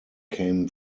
came